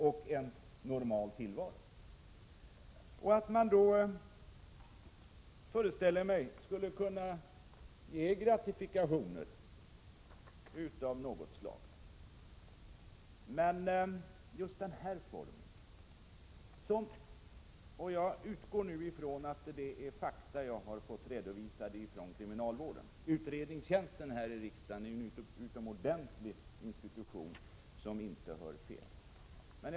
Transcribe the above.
Jag kan föreställa mig att det skulle kunna ges gratifikationer av något slag, men inte just i form av utlandsresor. Nu utgår jag från att de fakta angående kriminalvården som jag redovisat är korrekta — riksdagens utredningstjänst är en utomordentlig institution som inte gör fel.